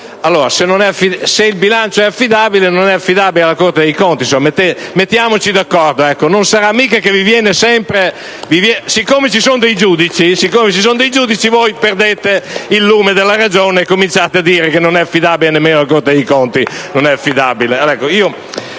Allora, se il bilancio è affidabile, non è affidabile la Corte dei conti: mettiamoci d'accordo. *(Applausi dal Gruppo PD)*. Siccome ci sono dei giudici, voi perdete il lume della ragione e cominciate a dire che non è affidabile nemmeno la Corte dei conti. *(Applausi dal